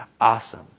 awesome